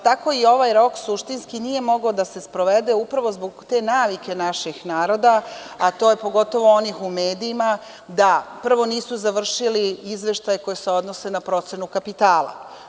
Tako i ovaj rok suštinski nije mogao da se sprovede upravo zbog te navike naših naroda, a pogotovo onih u medijima da prvo nisu završili izveštaje koji se odnose na procenu kapitala.